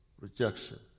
rejection